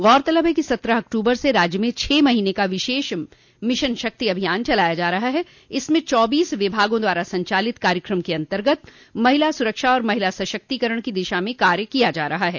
गौरतलब है कि सत्रह अक्टूबर से राज्य में छह महीने का विशेष मिशन शक्ति अभियान चलाया जा रहा हैं इसमें चौबीस विभागों द्वारा संचालित कार्यक्रम के अन्तर्गत महिला सुरक्षा और महिला सशक्तिकरण की दिशा में कार्य किया जा रहा है